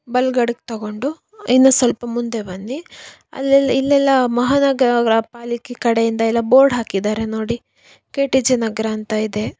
ಬಲ್ಗಡೆಗೆ ತೊಗೊಂಡು ಇನ್ನು ಸ್ವಲ್ಪ ಮುಂದೆ ಬನ್ನಿ ಅಲ್ಲೆಲ್ಲ ಇಲ್ಲೆಲ್ಲ ಮಹಾನಗರ ಪಾಲಿಕೆ ಕಡೆಯಿಂದೆಲ್ಲ ಬೋರ್ಡ್ ಹಾಕಿದ್ದಾರೆ ನೋಡಿ ಕೆ ಟಿ ಜೆ ನಗರ ಅಂತ ಇದೆ